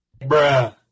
Bruh